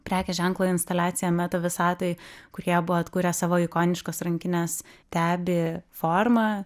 prekės ženklo instaliacija meta visatoj kur jie buvo atkūrę savo ikoniškos rankinės tebi formą